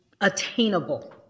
attainable